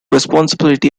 responsibility